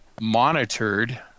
monitored